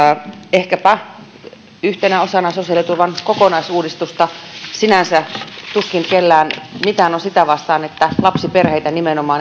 ehkäpä yhtenä osana sosiaaliturvan kokonaisuudistusta sinänsä tuskin kellään on mitään sitä vastaan että lapsiperheitä ja nimenomaan